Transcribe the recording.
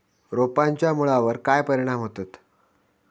रोपांच्या मुळावर काय परिणाम होतत?